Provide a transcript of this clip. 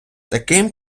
таким